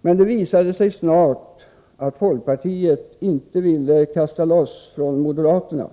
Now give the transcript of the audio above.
Men det visade sig snart att folkpartiet inte ville kasta loss från moderaterna.